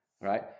right